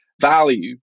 Value